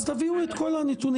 --- אז תביאו את כל הנתונים.